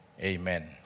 Amen